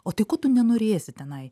o tai ko tu nenorėsi tenai